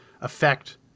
affect